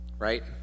right